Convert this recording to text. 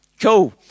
cool